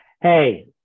Hey